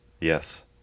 yes